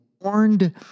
warned